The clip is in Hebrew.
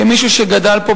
כמישהו שגדל פה,